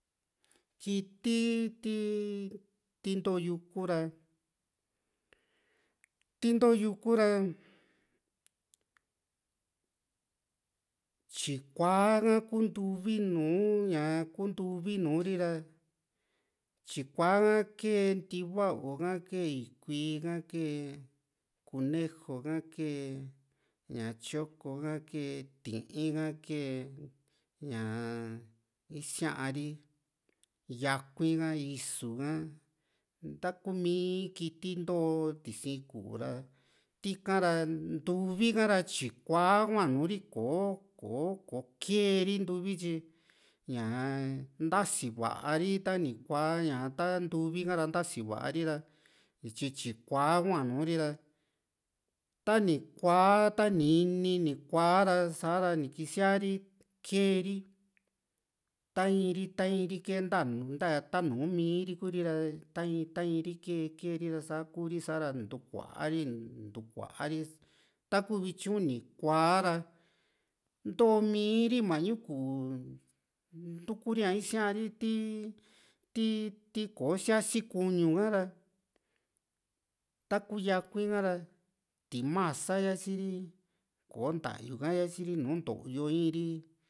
kiti ti ti ntoo yuku ra ti ntoo yuku ra tyikua ha kuu ntuvi nùù ri ra tyikua kee ntiva´u ha kee ikuii ha kee kuneju ha kee ña tyoko ha kee ti´in ha kee ña isiari yakui´n ha isu ka ntakumi kiti nto ti´sin kuu ra tika ra ntuvi ka ra tyikua hua nùù ri kò´o kò´o ke kee ri ntuvi tyi ñaa ntasii va´a ri tani kuaa ña ta ntuvi ka´ra ntasi va´a ri ra tyi tyikua hua nùù ri´ra tani kuaa ta´ni ini kua´ra sa´ra ni kisia ri kee ri ta in ri ta in ri nta nu ta nuu miiri ku´ri ra ta in ta in ri kee kee ri´ra saa kuu ri ni ntuu kua´ri taku vityu ni kua´ra ntoo miiri mañu ku´u ntukuri´a isia´ri ti ti ti kò´o siasi ñuñu ka ra taku yakui´n ha´ra timasa sia´si ri koo ntayu ka sia´si ri nùù nto´yo in ri